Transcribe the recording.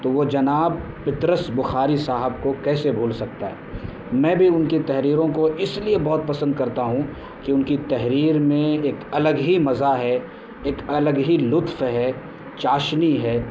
تو وہ جناب پطرس بخاری صاحب کو کیسے بھول سکتا ہے میں بھی ان کی تحریروں کو اس لیے بہت پسند کرتا ہوں کہ ان کی تحریر میں ایک الگ ہی مزہ ہے ایک الگ ہی لطف ہے چاشنی ہے